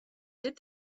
did